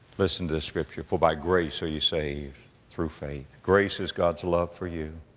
listen to this scripture, for by grace are you saved through faith. grace is god's love for you,